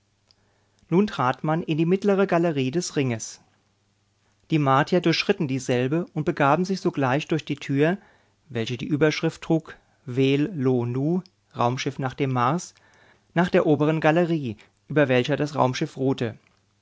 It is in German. nun trat man in die mittlere galerie des ringes die martier durchschritten dieselbe und begaben sich sogleich durch die tür welche die überschrift trug vel lo nu raumschiff nach dem mars nach der oberen galerie über welcher das raumschiff ruhte